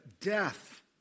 death